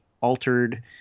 altered